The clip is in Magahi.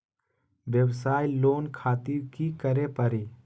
वयवसाय लोन खातिर की करे परी?